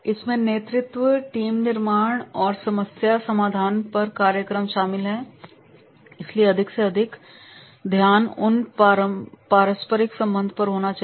इसमें नेतृत्व टीम निर्माण और समस्या समाधान पर कार्यक्रम शामिल हैं इसलिए अधिक से अधिक ध्यान उस पारस्परिक संबंध पर होना चाहिए